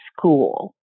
school